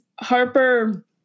Harper